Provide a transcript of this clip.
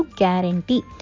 guarantee